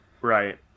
Right